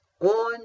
on